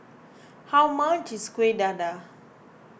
how much is Kuih Dadar